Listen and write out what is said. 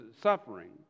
suffering